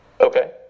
Okay